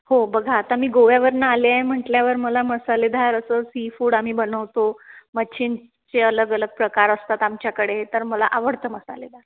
हो बघा आता मी गोव्या वरन आले म्हण्टल्यावर मला मसालेदार अस सी फूड आम्ही बनवतो मच्छींचे अलग अलग प्रकार असतात आमच्याकडे तर मला आवडत मसालेदार